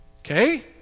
okay